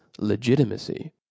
legitimacy